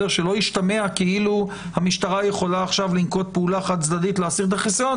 שלא ישתמע שהמשטרה יכולה לנקוט פעולה חד צדדית להסיר את החיסיון,